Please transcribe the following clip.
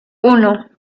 uno